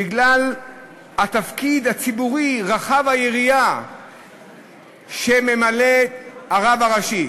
בגלל התפקיד הציבורי רחב היריעה שממלא הרב הראשי,